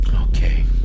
Okay